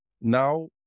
now